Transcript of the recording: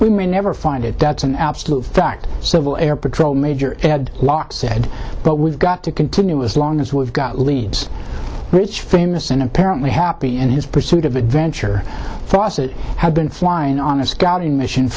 we may never find it that's an absolute fact civil air patrol major locke said but we've got to continue as long as we've got leads which famous and apparently happy in his pursuit of adventure fawcett have been flying on a scouting mission